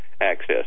access